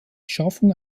schaffung